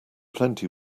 plenty